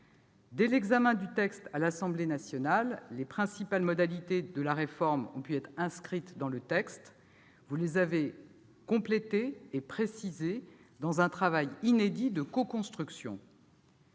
Dès l'examen du texte à l'Assemblée nationale, les principales modalités de la réforme ont pu être inscrites dans le texte ; vous les avez complétées et précisées, dans un travail inédit de coconstruction.